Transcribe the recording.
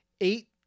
eight